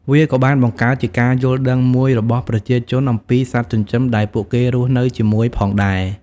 វាក៏បានបង្កើតជាការយល់ដឹងមួយរបស់ប្រជាជនអំពីសត្វចិញ្ចឹមដែលពួកគេរស់នៅជាមួយផងដែរ។